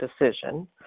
decision